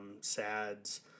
sads